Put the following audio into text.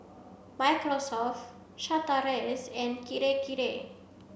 Microsoft Chateraise and Kirei Kirei